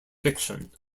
fiction